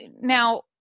Now